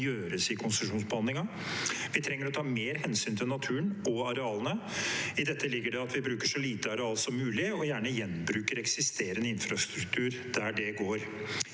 gjøres i konsesjonsbehandlingen. Vi trenger å ta mer hensyn til naturen og arealene. I dette ligger det at vi bruker så lite areal som mulig og gjerne gjenbruker eksisterende infrastruktur der det går.